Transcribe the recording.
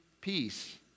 peace